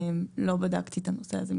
לא בדקתי את הנושא הזה.